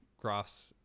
grass